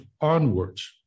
onwards